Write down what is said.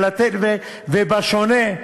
ובשונה,